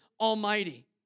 Almighty